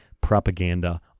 propaganda